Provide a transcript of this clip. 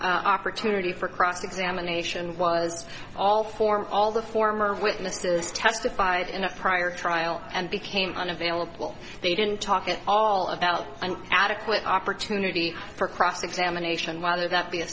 prior opportunity for cross examination was all for all the former witnesses testified in a prior trial and became unavailable they didn't talk at all about an adequate opportunity for cross examination whether that be